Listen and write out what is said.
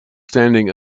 standing